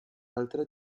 altre